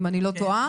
אם אני לא טועה.